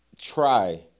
try